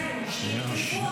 שיתקפו אותנו,